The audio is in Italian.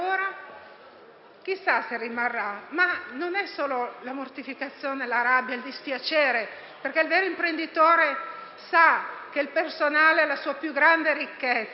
si sa se rimarrà. Ma non parlo solo della mortificazione, della rabbia, del dispiacere, perché il vero imprenditore sa che il personale è la sua più grande ricchezza.